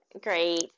Great